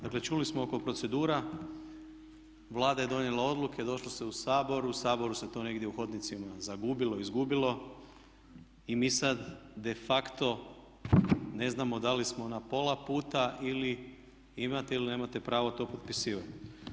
Dakle čuli smo oko procedura, Vlada je donijela odluke, došlo se u Sabor, u Saboru se to negdje u hodnicima zagubilo, izgubilo i mi sada defacto ne znamo da li smo na pola puta ili imate ili nemate pravo to potpisivati.